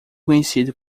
conhecido